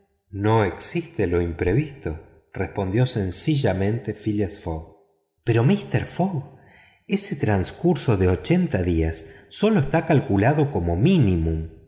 no existe lo imprevisto respondió sencillamente phileas fogg pero míster fogg ese transcurso de ochenta días sólo está calculado como mínimo